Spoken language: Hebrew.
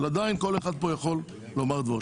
אבל עדיין כל אחד יכול לומר כאן את דברו.